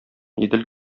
идел